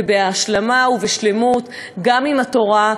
בהשלמה ובשלמות גם עם התורה,